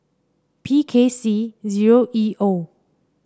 P K C zero E O